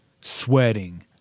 sweating